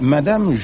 Madame